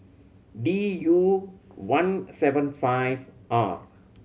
D U one seven five R